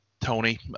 Tony